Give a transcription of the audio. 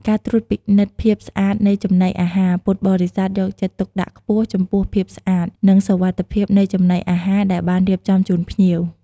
ការថែរក្សាផ្កា និងគ្រឿងលម្អ ពួកគាត់ទទួលខុសត្រូវក្នុងការរៀបចំ និងថែរក្សាផ្កាភ្ញី និងគ្រឿងលម្អផ្សេងៗ ដើម្បីឲ្យបរិវេណវត្តមានសោភ័ណភាពស្រស់ស្អាត។